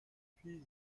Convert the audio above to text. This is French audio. fils